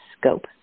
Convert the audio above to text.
scope